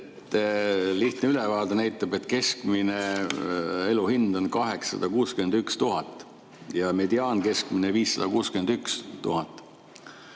lihtne ülevaade näitab, et keskmine elu hind on 861 000 ja mediaankeskmine 561 000.